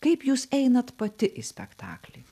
kaip jūs einat pati į spektaklį